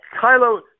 Kylo